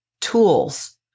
tools